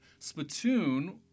Splatoon